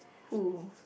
who